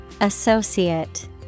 associate